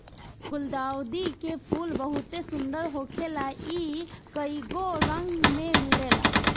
गुलदाउदी के फूल बहुते सुंदर होखेला इ कइगो रंग में मिलेला